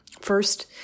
First